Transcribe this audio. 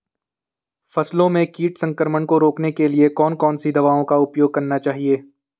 फसलों में कीट संक्रमण को रोकने के लिए कौन कौन सी दवाओं का उपयोग करना चाहिए?